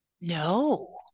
No